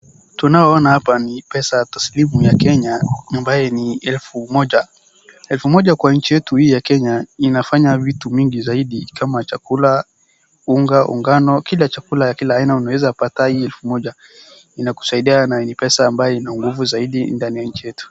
Tunaoona hapa ni pesa taslimu ya Kenya ambaye ni elfu moja. Elfu moja kwa nchi yetu hii ya Kenya inafanya vitu mingi zaidi kama chakula, unga wa ngano, kila chakula ya kila aina unaweza pata na hii elfu moja. Inakusaidia na ni pesa ambayo ina nguvu zaidi ndani ya nchi yetu.